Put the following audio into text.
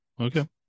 okay